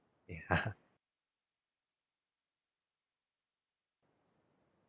ya